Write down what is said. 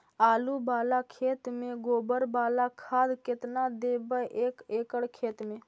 आलु बाला खेत मे गोबर बाला खाद केतना देबै एक एकड़ खेत में?